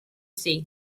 sea